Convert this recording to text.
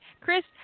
Chris